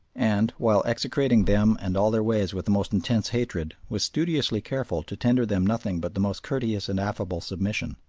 and, while execrating them and all their ways with the most intense hatred, was studiously careful to tender them nothing but the most courteous and affable submission.